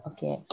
Okay